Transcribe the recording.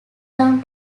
down